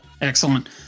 excellent